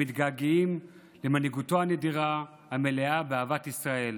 המתגעגעים למנהיגותו הנדירה המלאה באהבת ישראל.